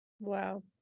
wow